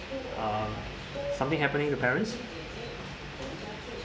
uh something happening to parents